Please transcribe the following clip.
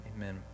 amen